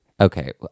Okay